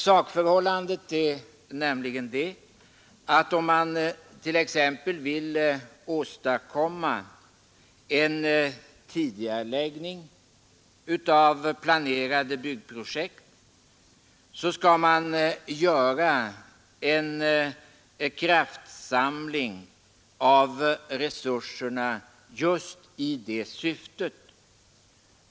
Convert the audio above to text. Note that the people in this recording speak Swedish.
Sakförhållandet är nämligen det att om man t.ex. vill åstadkomma en tidigareläggning av planerade byggprojekt, så skall man göra en kraftsamling av resurserna just i det syftet.